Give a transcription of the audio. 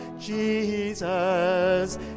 Jesus